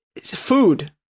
Food